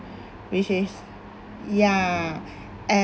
which is ya and